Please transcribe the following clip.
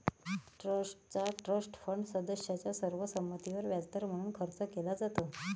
ट्रस्टचा trust fund सदस्यांच्या सर्व संमतीवर व्याजदर म्हणून खर्च केला जातो